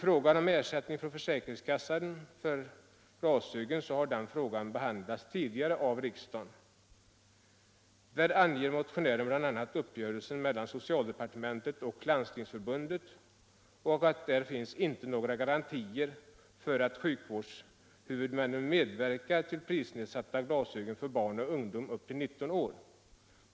Frågan om ersättning från försäkringskassan för kostander för glasögon har tidigare behandlats av riksdagen. Där anger motionären bl.a. uppgörelsen mellan socialdepartementet och Landstingsförbundet och att det där inte finns några garantier för att sjukvårdshuvudmännen medverkar till prisnedsatta glasögon för barn och ungdom upp till 19 år.